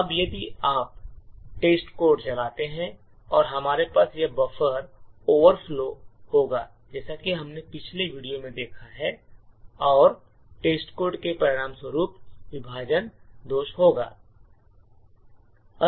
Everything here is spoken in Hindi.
अब यदि आप टेस्टकोड चलाते हैं और हमारे पास यह बफर ओवरफ्लो होगा जैसा कि हमने पिछले वीडियो में देखा है और टेस्टकोड के परिणामस्वरूप विभाजन दोष होगा